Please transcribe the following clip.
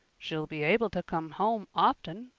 she'll be able to come home often,